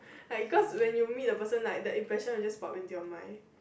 like because when you meet a person like the impression will just pop into your mind